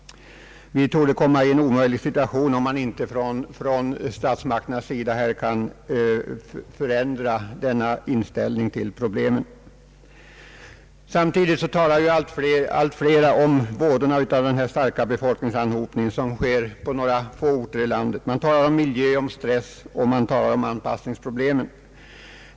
Vi torde komma i en omöjlig situation om inte statsmakterna kan förändra sin inställning till problemen. Samtidigt talar allt flera om vådorna av den starka befolkningsanhopningen på några få orter i landet. Man talar om miljöproblem, och man talar om stress och anpassningsproblem.